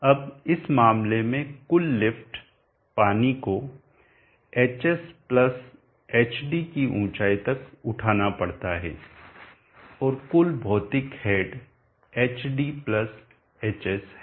अब इस मामले में कुल लिफ्ट पानी को hshd की कुल ऊंचाई तक उठाना पड़ता है और कुल भौतिक हेड hdhs है